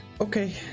Okay